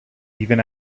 even